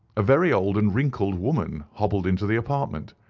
a very old and wrinkled woman hobbled into the apartment.